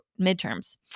midterms